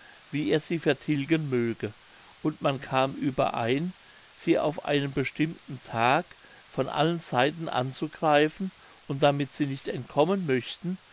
wie er sie vertilgen möge und man kam überein sie auf einen bestimmten tag von allen seiten anzugreifen und damit sie nicht entkommen möchten